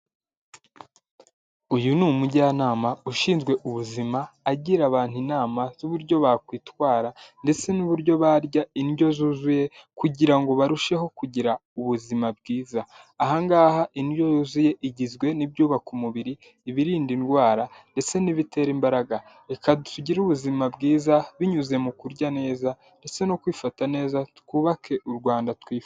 Uyu ni umujyanama ushinzwe ubuzima, agira abantu inama z'uburyo bakwitwara ndetse n'uburyo barya indyo yuzuye kugira ngo barusheho kugira ubuzima bwiza. Aha ngaha indyo yuzuye igizwe n'ibyubaka umubiri, ibirinda indwara, ndetse n'ibitera imbaraga. Reka dusigire ubuzima bwiza binyuze mu kurya neza ndetse no kwifata neza, twubake u Rwanda twifuza.